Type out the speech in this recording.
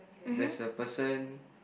there's a person